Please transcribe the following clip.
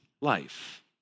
life